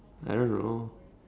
I don't know